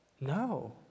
No